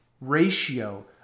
ratio